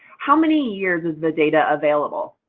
how many years is the data available?